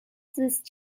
زیست